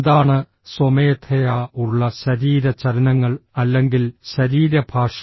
എന്താണ് സ്വമേധയാ ഉള്ള ശരീര ചലനങ്ങൾ അല്ലെങ്കിൽ ശരീരഭാഷ